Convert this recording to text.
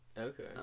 okay